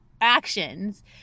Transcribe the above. actions